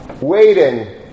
waiting